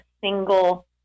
single